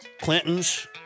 Clintons